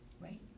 right